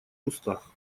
кустах